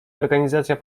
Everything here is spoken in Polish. organizacja